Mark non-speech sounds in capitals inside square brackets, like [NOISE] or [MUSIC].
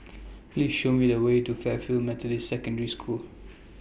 [NOISE] Please Show Me The Way to Fairfield Methodist Secondary School